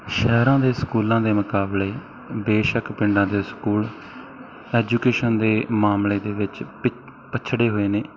ਸ਼ਹਿਰਾਂ ਦੇ ਸਕੂਲਾਂ ਦੇ ਮੁਕਾਬਲੇ ਬੇਸ਼ੱਕ ਪਿੰਡਾਂ ਦੇ ਸਕੂਲ ਐਜੂਕੇਸ਼ਨ ਦੇ ਮਾਮਲੇ ਦੇ ਵਿੱਚ ਪਿੱਛ ਪੱਛੜੇ ਹੋਏ ਨੇ